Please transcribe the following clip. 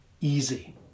easy